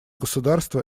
государства